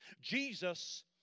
Jesus